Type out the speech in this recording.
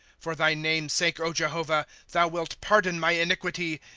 for thy name's sake, jehovah, thou wilt pardon my iniquity,